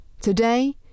today